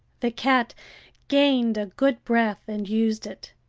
the cat gained a good breath and used it.